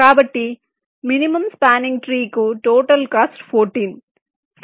కాబట్టి minimum spanning tree కు total cost 14